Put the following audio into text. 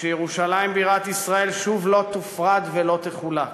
שירושלים בירת ישראל שוב לא תופרד ולא תחולק.